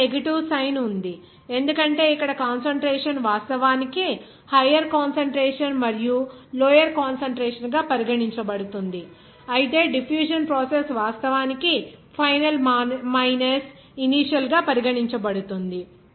ఇక్కడ negative sign ఉంది ఎందుకంటే ఇక్కడ కాన్సంట్రేషన్ వాస్తవానికి ఇక్కడ హయ్యర్ కాన్సంట్రేషన్ మరియు లోయర్ కాన్సంట్రేషన్ గా పరిగణించబడుతుంది అయితే డిఫ్యూజన్ ప్రాసెస్ వాస్తవానికి ఫైనల్ మైనస్ ఇనీషియల్ గా పరిగణించబడుతుంది